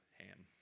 hand